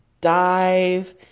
dive